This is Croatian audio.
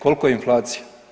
Koliko je inflacija?